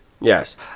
yes